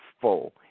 full